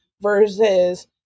versus